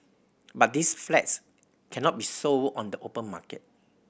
but these flats cannot be sold on the open market